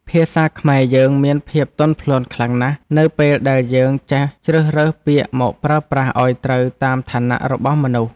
ភាសាខ្មែរយើងមានភាពទន់ភ្លន់ខ្លាំងណាស់នៅពេលដែលយើងចេះជ្រើសរើសពាក្យមកប្រើប្រាស់ឱ្យត្រូវតាមឋានៈរបស់មនុស្ស។